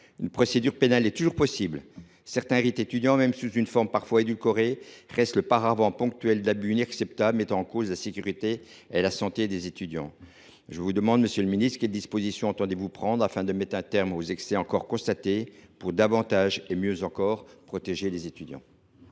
Une procédure pénale est toujours possible. Certains rites étudiants, même sous une forme parfois édulcorée, demeurent le paravent ponctuel d’abus inacceptables mettant en cause la sécurité et la santé des étudiants. Monsieur le ministre, quelles dispositions entendez vous prendre afin de mettre un terme aux excès constatés afin de protéger, davantage et encore mieux, les étudiants.